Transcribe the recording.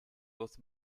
with